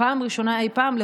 בפעם הראשונה אי פעם,